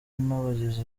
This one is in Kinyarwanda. n’abagizi